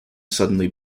suddenly